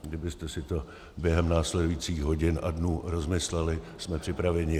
Kdybyste si to během následujících hodin a dnů rozmysleli, jsme připraveni jednat.